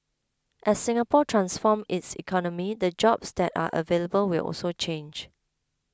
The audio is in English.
as Singapore transforms its economy the jobs that are available will also change